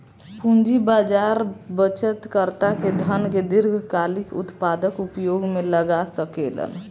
पूंजी बाजार बचतकर्ता के धन के दीर्घकालिक उत्पादक उपयोग में लगा सकेलन